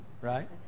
right